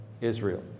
Israel